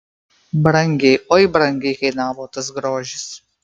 brangiai oi brangiai kainavo tas grožis